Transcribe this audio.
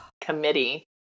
committee